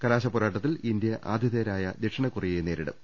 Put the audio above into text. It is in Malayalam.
കലാശപോരാ ട്ടത്തിൽ ഇന്ത്യ ആതിഥേയരായ ദക്ഷിണ കൊറിയയെ നേരിടും